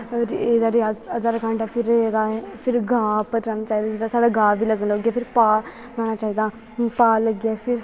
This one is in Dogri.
रे दा रिआज अद्धा अद्धा घंटा फिर रे दा आहें फिर गा उप्पर जाना चाहिदा जेह्ड़ा साढा गा बी लग्गे फिर पा होना चाहिदा पा लग्गे फिर